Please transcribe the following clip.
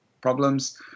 problems